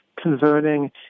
Converting